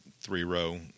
three-row